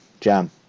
jam